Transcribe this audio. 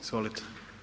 Izvolite.